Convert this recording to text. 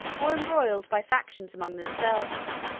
or embroiled by factions among themselves.